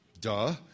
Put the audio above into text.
Duh